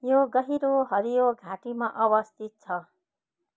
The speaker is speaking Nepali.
यो गहिरो हरियो घाटीमा अवस्थित छ